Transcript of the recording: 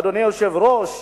אדוני היושב-ראש,